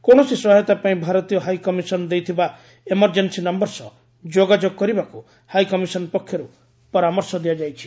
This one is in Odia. କୌଣସି ସହାୟତା ପାଇଁ ଭାରତୀୟ ହାଇକମିଶନ୍ ଦେଇଥିବା ଏମର୍ଜ୍ଜେନ୍ସୀ ନୟର ସହ ଯୋଗାଯୋଗ କରିବାକୁ ହାଇକମିଶନ୍ ପକ୍ଷରୁ ପରାମର୍ଶ ଦିଆଯାଇଛି